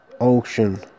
ocean